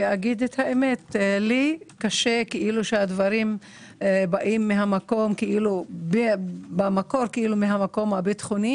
אגיד את האמת: לי קשה שהדברים באים במקור מהמקום הביטחוני